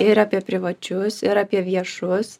ir apie privačius ir apie viešus